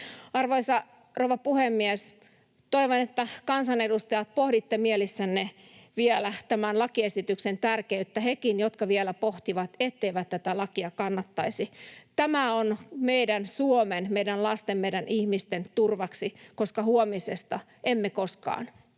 Arvoisa rouva puhemies! Toivon, että, kansanedustajat, pohditte mielessänne vielä tämän lakiesityksen tärkeyttä — hekin, jotka vielä pohtivat, etteivät tätä lakia kannattaisi. Tämä on meidän Suomen, meidän lasten, meidän ihmisten turvaksi, koska huomisesta emme koskaan